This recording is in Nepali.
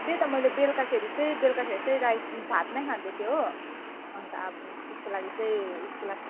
त्यही त मैले बेलुकाखेरि चाहिँ बेलुकाखेरि चाहिँ राइस भात नै खाँदै थिए हो अन्त अब त्यसको लागि चाहिँ उसको ला